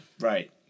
Right